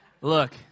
look